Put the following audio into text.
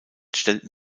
stellten